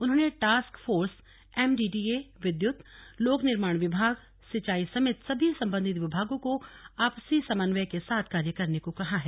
उन्होंने task force MDDA विद्युत लोक निर्माण विभाग सिंचाई समेत सभी संबंधित विभागों को आपसी समन्वय के साथ कार्य करने को कहा है